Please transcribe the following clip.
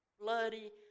Bloody